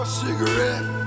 cigarette